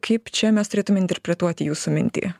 kaip čia mes turėtume interpretuoti jūsų mintį